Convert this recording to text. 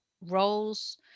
roles